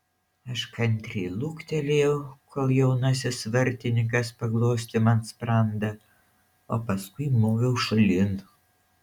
aš kantriai luktelėjau kol jaunasis vartininkas paglostė man sprandą o paskui moviau šalin